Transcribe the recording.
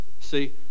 see